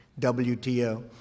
WTO